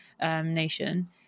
nation